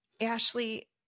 Ashley